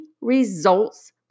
results